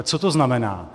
Co to znamená?